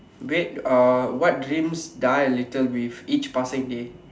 wait uh what dreams die a little with each passing day